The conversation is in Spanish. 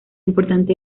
importante